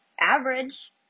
average